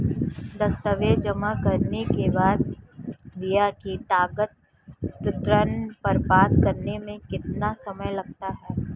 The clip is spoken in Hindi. दस्तावेज़ जमा करने के बाद व्यक्तिगत ऋण प्राप्त करने में कितना समय लगेगा?